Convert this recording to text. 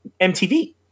MTV